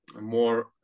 more